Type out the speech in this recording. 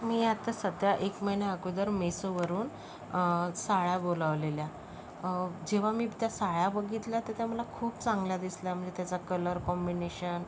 मी आता सध्या एक महिन्याअगोदर मेसोवरून साड्या बोलावलेल्या जेव्हा मी त्या साड्या बघितल्या तर त्या मला खूप चांगल्या दिसल्या म्हणजे त्याचा कलर कॉम्बिनेशन